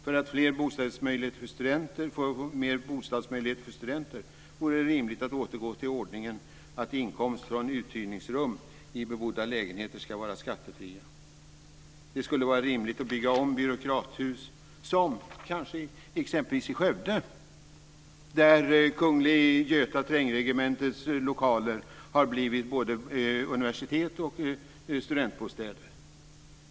För att få fler bostadsmöjligheter för studenter vore det rimligt att återgå till ordningen att inkomst från uthyrningsrum i bebodda lägenheter ska vara skattefria. Det skulle vara rimligt att bygga om byråkrathus, som exempelvis i Skövde. Där har Kunglig Göta terrängregementes lokaler blivit både universitet och studentbostäder.